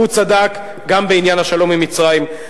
הוא צדק גם בעניין השלום עם מצרים.